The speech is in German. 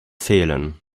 fehlen